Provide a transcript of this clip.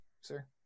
sir